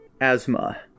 asthma